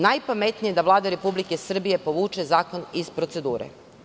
Najpametnije je da Vlada Republike Srbije povuče zakon iz procedure.